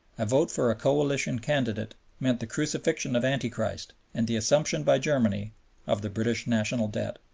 a vote for a coalition candidate meant the crucifixion of anti-christ and the assumption by germany of the british national debt.